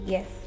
Yes